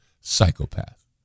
psychopath